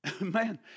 Man